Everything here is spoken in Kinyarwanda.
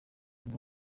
ndi